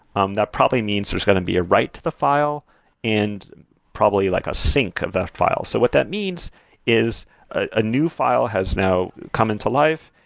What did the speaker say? um that probably means there's going to be a write to the file and probably like a sync of that file. so what that means is a new file has now come into life.